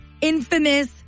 infamous